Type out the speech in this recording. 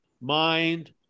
Mind